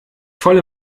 voll